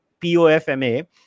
POFMA